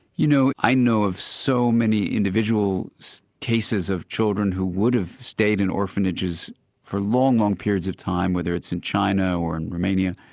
you know, i know of so many individual cases of children who would have stayed in orphanages for long, long periods of time, whether it's in china or in romania,